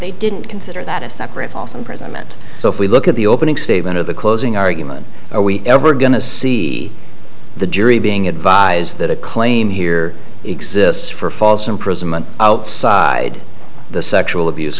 they didn't consider that a separate false imprisonment so if we look at the opening statement of the closing argument are we ever going to see the jury being advised that a claim here exists for false imprisonment outside the sexual abuse